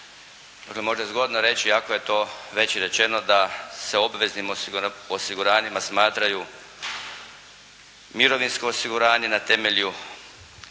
Možda je zgodno reći iako je to već i rečeno da se obveznim osiguranjima smatraju mirovinsko osiguranje na temelju